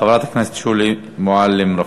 חברת הכנסת שולי מועלם-רפאלי.